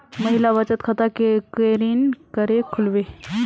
महिला बचत खाता केरीन करें खुलबे